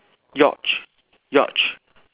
yacht yacht